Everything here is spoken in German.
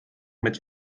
mit